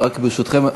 ברשותכם,